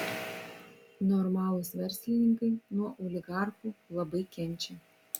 normalūs verslininkai nuo oligarchų labai kenčia